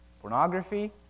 pornography